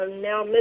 now